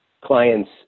clients